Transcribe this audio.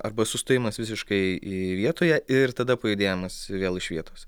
arba sustojimas visiškai vietoje ir tada pajudėjimas vėl iš vietos